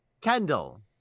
Kendall